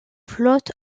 flotte